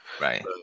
Right